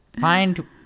find